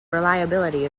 reliability